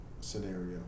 scenario